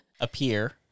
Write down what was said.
appear